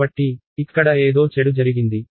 కాబట్టి ఇక్కడ ఏదో చెడు జరిగింది